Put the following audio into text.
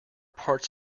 parts